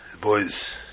boys